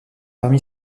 parmi